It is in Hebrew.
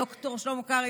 ד"ר שלמה קרעי,